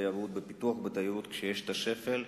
בפיתוח בתיירות כשיש שפל,